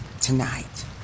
tonight